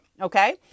okay